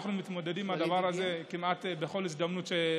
אנחנו מתמודדים עם הדבר הזה כמעט בכל יום.